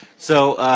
so,